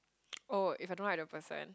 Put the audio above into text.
oh if I don't like the person